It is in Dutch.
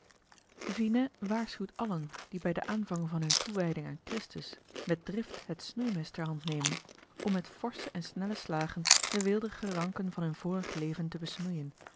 vinet waarschuwt allen die bij den aanvang van hunne toewijding aan christus met drift het snoeimes ter hand nemen om met forsche en snelle slagen de weelderige ranken van hun vorig leven te besnoeien